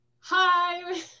hi